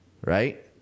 Right